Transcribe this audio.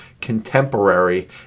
contemporary